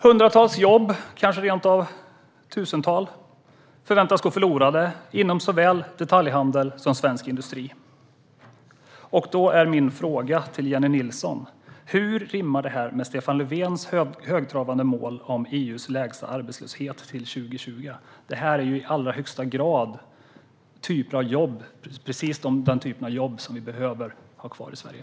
Hundratals jobb, kanske rent av tusentals, förväntas gå förlorade inom såväl detaljhandel som svensk industri. Min fråga till Jennie Nilsson är: Hur rimmar detta med Stefan Löfvens högtravande mål om EU:s lägsta arbetslöshet till 2020? Detta är i allra högsta grad precis den typen av jobb som vi behöver ha kvar i Sverige.